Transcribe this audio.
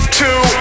two